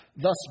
Thus